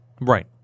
Right